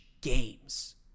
games